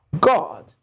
God